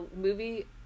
movie